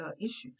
issues